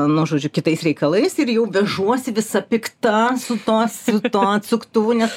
nu žodžiu kitais reikalais ir jau vežuosi visa pikta su tos su tuo atsuktuvu nes